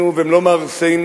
מחריבינו והם לא מהרסינו.